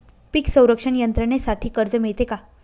पीक संरक्षण यंत्रणेसाठी कर्ज मिळते का?